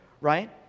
right